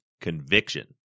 Conviction